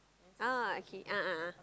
oh okay a'ah ah